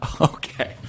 Okay